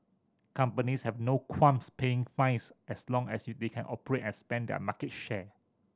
companies have no qualms paying fines as long as they can operate and expand their market share